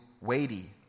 weighty